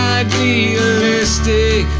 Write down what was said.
idealistic